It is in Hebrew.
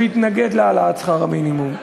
שהתנגד להעלאת שכר המינימום.